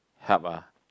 help ah